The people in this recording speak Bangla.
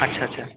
আচ্ছা আচ্ছা